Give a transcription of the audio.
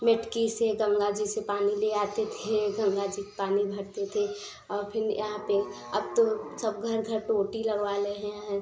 मेटकी से गंगा जी से पानी ले आते थे गंगा जी के पानी भरते थे और फिर यहाँ पर अब तो सब घर घर टाेटी लगवा लेहें हैं